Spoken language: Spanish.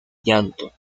llanto